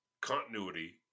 Continuity